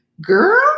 Girl